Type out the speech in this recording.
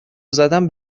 زدن